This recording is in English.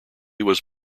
was